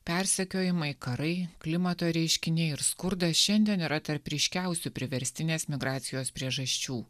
persekiojimai karai klimato reiškiniai ir skurdas šiandien yra tarp ryškiausių priverstinės migracijos priežasčių